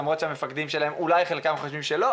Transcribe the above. למרות שחלק מהמפקדים חושבים שלא,